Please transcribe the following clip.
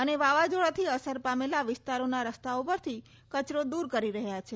અને વાવાઝોડાથી અસર પામેલા વિસ્તારોના રસ્તા પરથી કચરો દૂર કરી રહ્યા છે